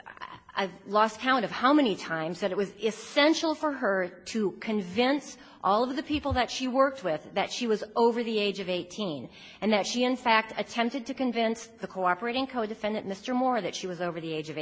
i've lost count of how many times that it was essential for her to convince all of the people that she worked with that she was over the age of eighteen and that she in fact attempted to convince the cooperating codefendant mr moore that she was over the age of